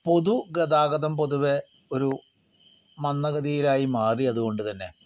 പൊതു ഗതാഗതം പൊതുവെ ഒരു മന്ത ഗതിയിലായി മാറിയത് കൊണ്ട് തന്നെ